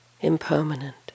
impermanent